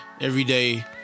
everyday